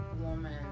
woman